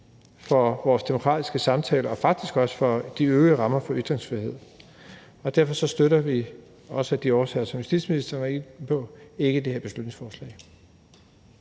for vores demokratiske samtale og faktisk også for de øvrige rammer for ytringsfriheden. Derfor støtter vi, også af de årsager, som justitsministeren var inde på, ikke det her beslutningsforslag.